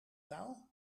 taal